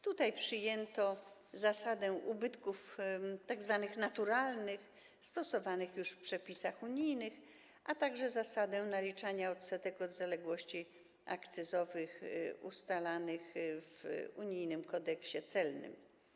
Tutaj przyjęto zasadę ubytków naturalnych, stosowaną już w przepisach unijnych, a także zasadę naliczania odsetek od zaległości akcyzowych ustalonych w unijnym kodeksie celnym.